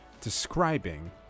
describing